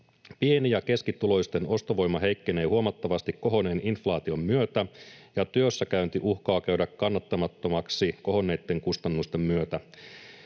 Pieni- ja keskituloisten ostovoima heikkenee huomattavasti kohonneen inflaation myötä, ja työssäkäynti uhkaa käydä kannattamattomaksi kohonneitten kustannusten myötä.